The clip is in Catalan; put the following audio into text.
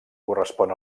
correspon